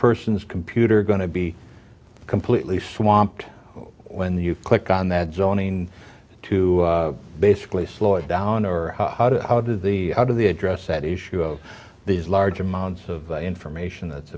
person's computer going to be completely swamped when you click on that zoning to basically slow it down or how do the how do the address at issue of these large amounts of information that's